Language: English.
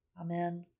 Amen